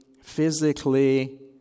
physically